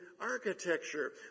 architecture